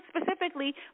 specifically